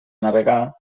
navegar